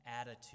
attitude